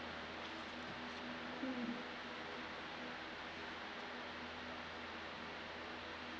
mm